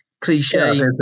cliche